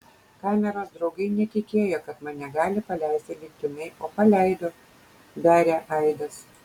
kameros draugai netikėjo kad mane gali paleisti lygtinai o paleido beria aidas